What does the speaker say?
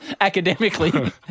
Academically